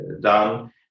done